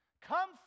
come